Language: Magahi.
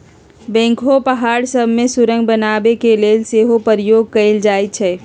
बैकहो पहाड़ सभ में सुरंग बनाने के लेल सेहो प्रयोग कएल जाइ छइ